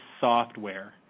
software